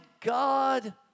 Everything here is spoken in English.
God